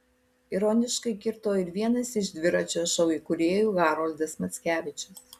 ironiškai kirto ir vienas iš dviračio šou įkūrėjų haroldas mackevičius